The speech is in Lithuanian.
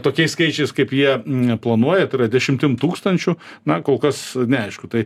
tokiais skaičiais kaip jie m planuoja tai yra dešimtim tūkstančių na kol kas neaišku tai